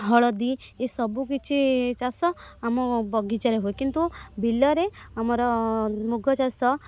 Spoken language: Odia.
ହଳଦୀ ଏ ସବୁ କିଛି ଚାଷ ଆମ ବଗିଚାରେ ହୁଏ କିନ୍ତୁ ବିଲରେ ଆମର ମୁଗ ଚାଷ